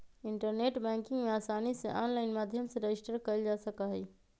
internet banking में आसानी से आनलाइन माध्यम से रजिस्टर कइल जा सका हई